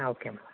okay ma'am